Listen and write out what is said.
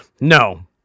No